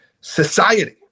society